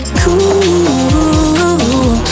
cool